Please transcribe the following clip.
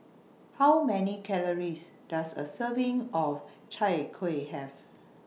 How Many Calories Does A Serving of Chai Kueh Have